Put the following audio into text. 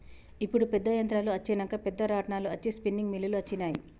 ఇప్పుడు పెద్ద యంత్రాలు అచ్చినంక పెద్ద రాట్నాలు అచ్చి స్పిన్నింగ్ మిల్లులు అచ్చినాయి